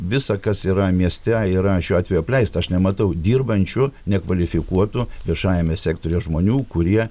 visa kas yra mieste yra šiuo atveju apleista aš nematau dirbančių nekvalifikuotų viešajame sektoriuje žmonių kurie